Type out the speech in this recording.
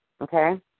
okay